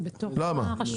זה בתוך הרשות.